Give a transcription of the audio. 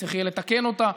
וצריך יהיה לתקן אותה.